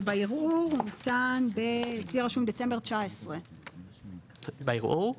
אצלי רשום שבערעור הוא ניתן בדצמבר 2019. בערעור?